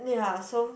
ya so